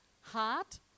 heart